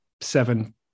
seven